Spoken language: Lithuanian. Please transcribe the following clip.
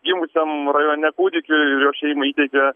gimusiam rajone kūdikiui ir jo šeimai įteikė